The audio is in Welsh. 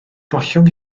gollwng